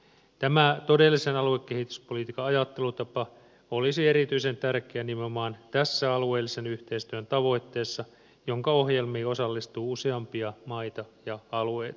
tämä todellisen aluekehityspolitiikan ajattelutapa olisi erityisen tärkeä nimenomaan tässä alueellisen yhteistyön tavoitteessa jonka ohjelmiin osallistuu useampia maita ja alueita